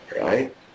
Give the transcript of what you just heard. right